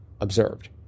observed